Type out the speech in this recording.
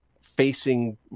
facing